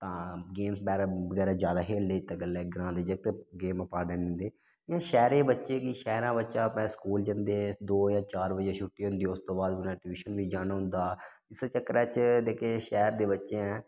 तां गेम्स बगैरा ज्यादा खेलदे इत्त गल्लै ग्रांऽ दे जागत गेम इंपॉटेंट दिंदे इ'यां शैह्रे ब च्चें गी शैह्रें बच्चे अपने स्कूल जंदे दो जां चार बजे छुट्टी होंदी उसतू बाद उनें ट्यूशन बी जाना होंदा इस्सै चक्करै च जेह्के शैह्र दे बच्चे ऐं